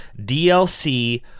DLC